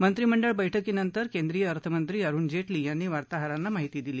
मंत्रिमंडळ बैठकीनंतर केंद्रीय अर्थमंत्री अरुण जेटली यांनी वार्ताहरांना ही माहिती दिली